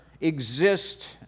exist